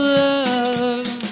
love